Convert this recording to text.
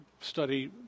study